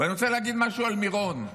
ואני רוצה להגיד משהו על מירון.